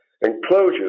Enclosures